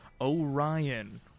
Orion